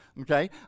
okay